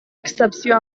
excepció